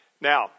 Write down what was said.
Now